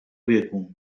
wieku